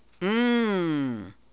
Mmm